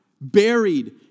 buried